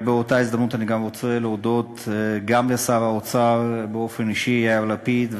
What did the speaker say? בהזדמנות זאת אני גם רוצה להודות גם לשר האוצר יאיר לפיד,